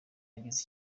ageze